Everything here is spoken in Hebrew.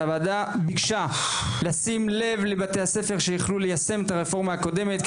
הוועדה מבקשת לשים לב לבתי הספר שהחלו ליישם את הרפורמה הקודמת,